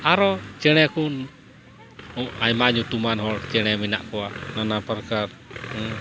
ᱟᱨᱚ ᱪᱮᱬᱮ ᱠᱚ ᱟᱭᱢᱟ ᱧᱩᱛᱩᱢᱟᱱ ᱦᱚᱲ ᱪᱮᱬᱮ ᱢᱮᱱᱟᱜ ᱠᱚᱣᱟ ᱱᱟᱱᱟ ᱯᱨᱚᱠᱟᱨ